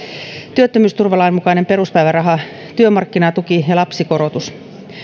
työttömyysturvalain mukainen peruspäiväraha työmarkkinatuki ja lapsikorotus